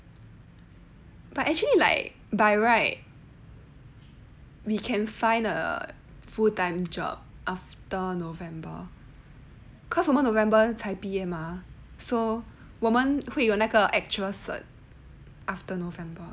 but actually like by right we can find a full time job after november cause 我们 november 才毕业 mah so 我们会有那个 actual cert after november